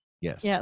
Yes